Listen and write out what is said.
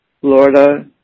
Florida